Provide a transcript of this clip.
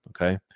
Okay